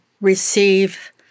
receive